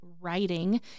writing